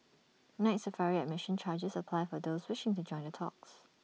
Night Safari admission charges apply for those wishing to join the talks